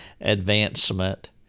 advancement